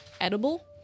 edible